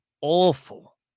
awful